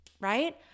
Right